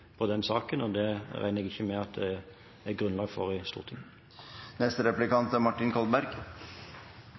saken, og det regner jeg ikke med at det er grunnlag for i Stortinget. Det ble sagt fra statsrådens side i hans innlegg at selvsagt er